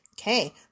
Okay